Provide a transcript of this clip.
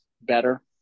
better